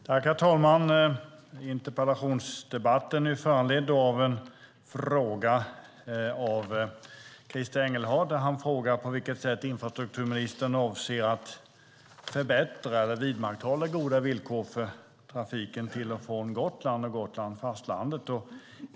Herr talman! Interpellationsdebatten är föranledd av en fråga av Christer Engelhardt. Han frågar på vilket sätt infrastrukturministern avser att förbättra eller vidmakthålla goda villkor för trafiken till och från Gotland, mellan Gotland och fastlandet.